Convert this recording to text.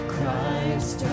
Christ